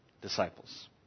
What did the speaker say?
disciples